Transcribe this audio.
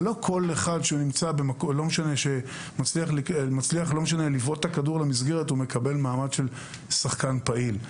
זה לא שכל אחד שמצליח לבעוט את הכדור למסגרת מקבל מעמד של שחקן פעיל.